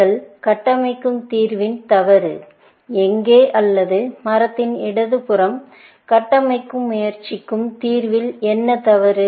நீங்கள் கட்டமைக்கும் தீர்வில் தவறு எங்கே அல்லது மரத்தின் இடது புறம் கட்டமைக்கும் முயற்சிக்கும் தீர்வில் என்ன தவறு